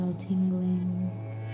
tingling